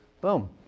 Boom